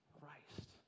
Christ